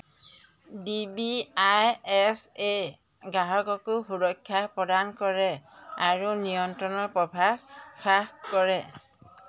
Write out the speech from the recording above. D B I S A গ্ৰাহককো সুৰক্ষা প্ৰদান কৰে আৰু নিয়ন্ত্ৰণৰ প্ৰভাৱ হ্ৰাস কৰে